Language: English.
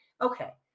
Okay